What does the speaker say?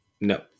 no